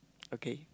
okay